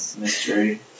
Mystery